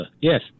Yes